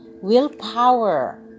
willpower